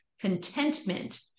contentment